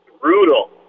brutal